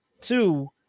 Two